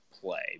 play